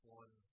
one